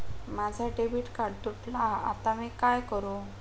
माझा debit card तुटला हा आता मी काय करू?